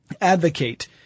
advocate